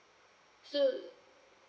so